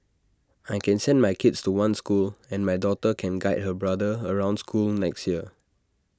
I can send my kids to one school and my daughter can guide her brother around school next year